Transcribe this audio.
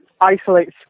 isolates